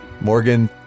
Morgan